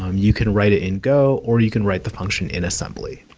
um you can write it in go, or you can write the function in assembly.